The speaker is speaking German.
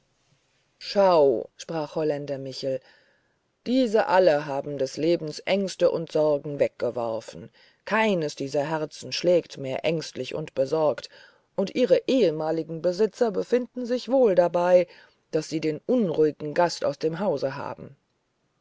schau sprach holländer michel diese alle haben des lebens ängsten und sorgen weggeworfen keines dieser herzen schlägt mehr ängstlich und besorgt und ihre ehemaligen besitzer befinden sich wohl dabei daß sie den unruhigen gast aus dem hause haben